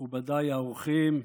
מכובדיי האורחים,